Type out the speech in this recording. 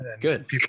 Good